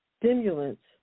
stimulants